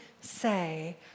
say